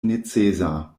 necesa